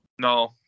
No